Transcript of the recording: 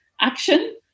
action